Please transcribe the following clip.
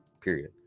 period